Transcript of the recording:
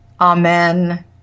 Amen